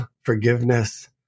forgiveness